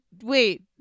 wait